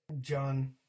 John